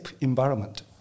environment